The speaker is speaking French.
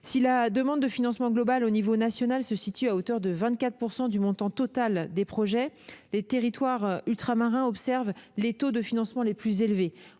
Si la demande de financement globale à l'échelon national se situe à hauteur de 24 % du montant total des projets, les territoires ultramarins observent les taux de financement les plus élevés.